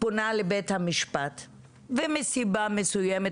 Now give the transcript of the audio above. פונה לבית המשפט ומסיבה מסוימת,